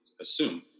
assume